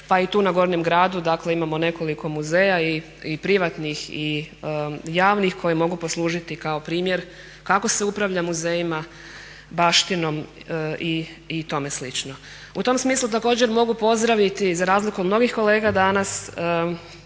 pa i tu na Gornjem gradu, dakle imamo nekoliko muzeja i privatnih i javnih koji mogu poslužiti kao primjer kako se upravlja muzejima, baštinom i tome slično. U tom smislu također mogu pozdraviti, za razliku od mnogih kolega danas,